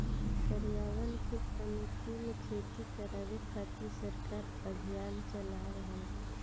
पर्यावरण के अनुकूल खेती करावे खातिर सरकार अभियान चाला रहल बा